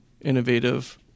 innovative